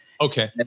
okay